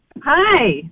Hi